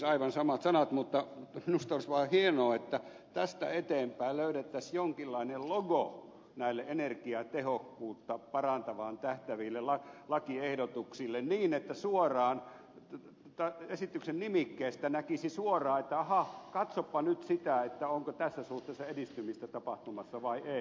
aivan samat sanat mutta minusta olisi vaan hienoa että tästä eteenpäin löydettäisiin jonkinlainen logo näille energiatehokkuuden parantamiseen tähtääville lakiehdotuksille niin että esityksen nimikkeestä näkisi suoraan että aha katsopa nyt sitä onko tässä suhteessa edistymistä tapahtumassa vai ei